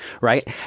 Right